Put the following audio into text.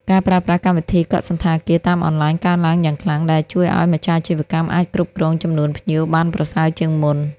ការប្រើប្រាស់កម្មវិធីកក់សណ្ឋាគារតាមអនឡាញកើនឡើងយ៉ាងខ្លាំង ដែលជួយឱ្យម្ចាស់អាជីវកម្មអាចគ្រប់គ្រងចំនួនភ្ញៀវបានប្រសើរជាងមុន។